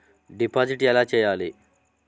Deposit ఎలా చెయ్యాలి?